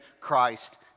Christ